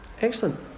Excellent